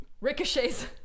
Ricochet's